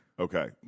Okay